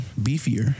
beefier